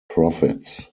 profits